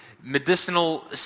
medicinal